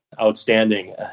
outstanding